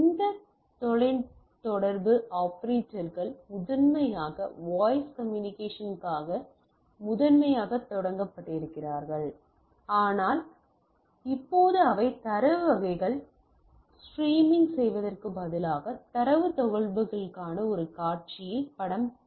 இந்த தொலைதொடர்பு ஆபரேட்டர்கள் முதன்மையாக வாய்ஸ் கம்யூனிகேஷன்க்காக முதன்மையாகத் தொடங்கப்பட்டிருக்கிறார்கள் ஆனால் இப்போது அவை தரவு வகைகளை ஸ்ட்ரீமிங் செய்வதற்கு பதிலாக தரவு தகவல்தொடர்புக்கான ஒரு காட்சியில் பட்டம் பெற்றன